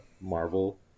Marvel